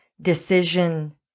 decision